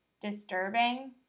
disturbing